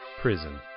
Prison